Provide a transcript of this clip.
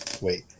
Wait